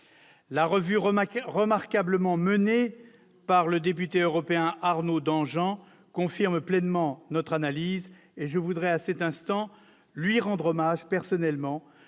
La revue remarquablement menée par le député européen Arnaud Danjean confirme pleinement notre analyse. Je voudrais lui rendre hommage personnellement,